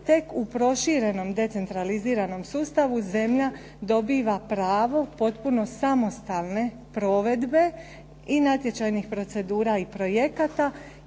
Tek u proširenom decentraliziranom sustavu zemlja dobiva pravo potpuno samostalne provedbe i natječajnih procedura i projekata